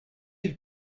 ils